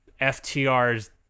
FTR's